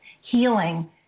healing